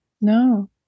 no